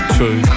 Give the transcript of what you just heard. True